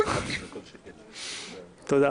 תודה.